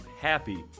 happy